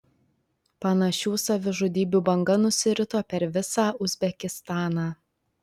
panašių savižudybių banga nusirito per visą uzbekistaną